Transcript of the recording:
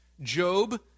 Job